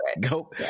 Go